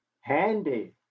handy